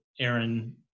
Aaron